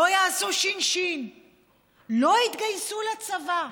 לא יעשו ש"ש, לא יתגייסו לצבא?